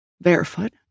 Barefoot